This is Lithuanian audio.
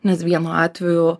nes vienu atveju